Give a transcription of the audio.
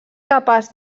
capaç